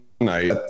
night